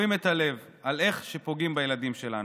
על איך שפוגעים בילדים שלנו.